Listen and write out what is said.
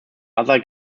other